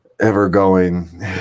ever-going